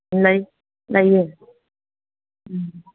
ꯂꯩ ꯂꯩꯌꯦ ꯎꯝ